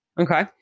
Okay